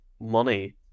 money